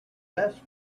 best